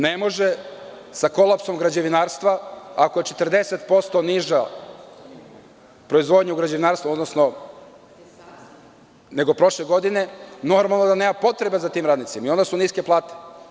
Ne može sa kolapsom građevinarstva ako je 40% niža proizvodnja u građevinarstvu nego prošle godine, normalno je da nema potrebe za tim radnicima i onda su niske plate.